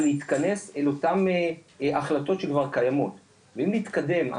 אלא להתכנס אל אותם החלטות שכבר קיימות ואם נתקדם,